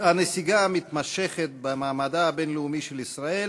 הנסיגה המתמשכת במעמדה הבין-לאומי של ישראל